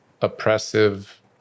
oppressive